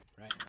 Right